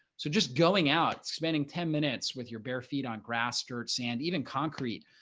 so just going out spending ten minutes with your bare feet on grass, dirt, sand, even concrete,